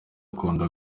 akunda